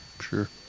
sure